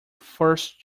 first